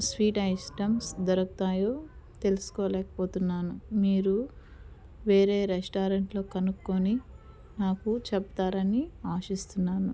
sweet items దొరకుతాయో తెలుసుకోలేకపోతున్నాను మీరు వేరే రెస్టారెంట్లో కనుక్కొని నాకు చెప్తారని ఆశిస్తున్నాను